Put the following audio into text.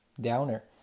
downer